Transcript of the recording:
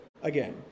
Again